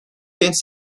genç